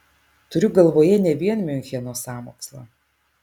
turiu galvoje ne vien miuncheno sąmokslą